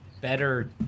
Better